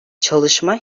çalışma